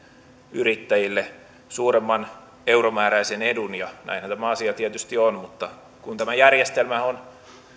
yrittäjille suurimman euromääräisen edun ja näinhän tämä asia tietysti on mutta kun tämä järjestelmä